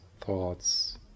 thoughts